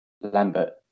Lambert